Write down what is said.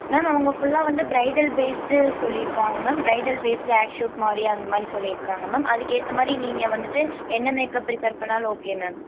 ma'am அவங்க ஃபுல்லாக வந்து ப்ரைடல் பேஸுடு சொல்லியிருக்காங்க ma'am bridal based ad shoot மாதிரி அந்த மாதிரி சொல்லியிருக்காங்க மேம் அதுக்கு ஏற்ற மாதிரி நீங்கள் வந்துட்டு என்ன மேக்அப் ப்ரிஃபர் பண்ணிணாலும் ஓகே மேம்